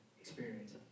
experience